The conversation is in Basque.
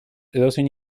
edozein